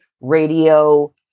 radio